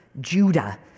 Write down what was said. Judah